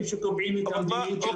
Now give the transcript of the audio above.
הם שקובעים את המדיניות של הוראת המקצוע.